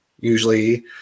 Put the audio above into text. Usually